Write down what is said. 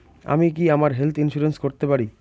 আমি কি আমার হেলথ ইন্সুরেন্স করতে পারি?